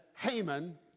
Haman